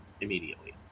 immediately